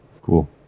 Cool